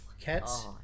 Cats